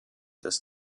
des